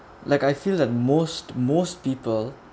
like I feel that most most people